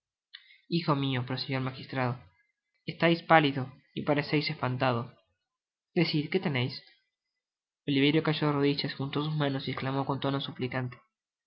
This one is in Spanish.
hijo mio prosiguió el magistrado estais pálido y pareceis espantado decid que teneis oliverio cayó de rodillas juntó sus manos y psclamó con tono suplicante